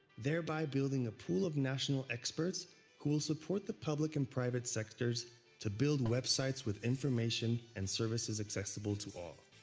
thereby building a pool of national experts who will support the public and private sectors to build websites with information and services accessible to all.